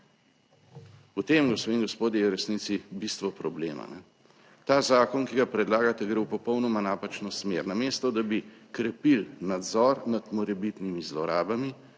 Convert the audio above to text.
V tem, gospe in gospodje, je v resnici bistvo problem. Ta zakon, ki ga predlagate, gre v popolnoma napačno smer, namesto da bi krepili nadzor nad morebitnimi zlorabami,